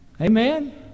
Amen